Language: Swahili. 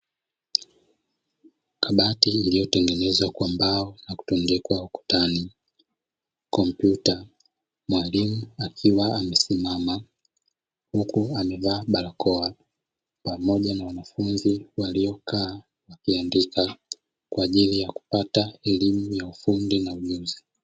Kabati iliyotengenezwa kwa mbao na kutundikwa ukutani kompyuta, mwalimu akiwa amesema huku amevaa barakoa pamoja na wanafunzi waliokaa wakiandika kwa ajili ya kupata elimu ya ufundi na ujuzi.